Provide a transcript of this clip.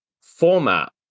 format